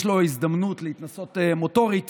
יש לו הזדמנות להתנסות מוטורית